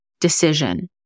decision